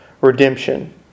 redemption